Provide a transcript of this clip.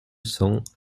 cents